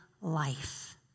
life